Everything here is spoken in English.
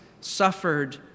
suffered